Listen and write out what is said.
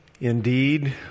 Indeed